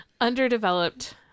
underdeveloped